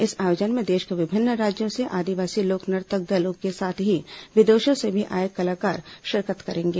इस आयोजन में देश के विभिन्न राज्यों के आदिवासी लोक नर्तक दलों के साथ ही विदेशों से भी आए कलाकार शिरकत करेंगे